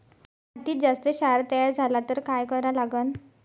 मातीत जास्त क्षार तयार झाला तर काय करा लागन?